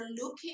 looking